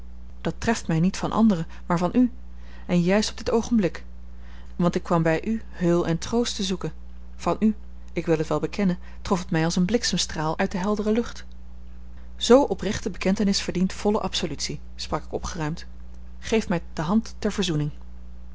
dat treft mij niet van anderen maar van u en juist op dit oogenblik want ik kwam om bij u heul en troost te zoeken van u ik wil t wel bekennen trof het mij als een bliksemstraal uit de heldere lucht zoo oprechte bekentenis verdient volle absolutie sprak ik opgeruimd geeft mij de hand ter verzoening